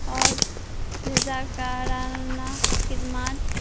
اور رضاکارانہ خدمات